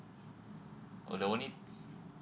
oh that will need